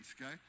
okay